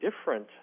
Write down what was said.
different